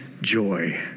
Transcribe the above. joy